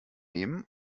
nehmen